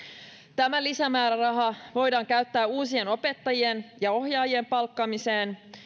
tämä lisämääräraha voidaan käyttää uusien opettajien ja ohjaajien palkkaamiseen